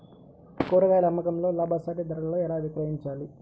కూరగాయాల అమ్మకంలో లాభసాటి ధరలలో ఎలా విక్రయించాలి?